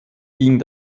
ging